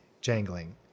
jangling